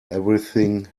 everything